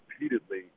repeatedly